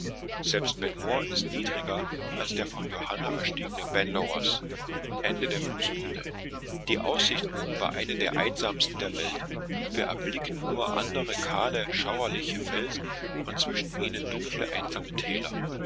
die aussicht oben war eine der einsamsten der welt wir erblickten nur andere kahle schauerliche felsen und zwischen ihnen dunkle einsame täler